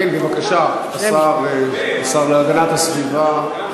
אדוני היושב-ראש, כן, בבקשה, השר להגנת הסביבה,